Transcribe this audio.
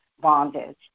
bondage